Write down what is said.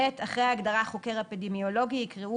(ב)אחרי ההגדרה "חוקר אפידמיולוגי" יקראו: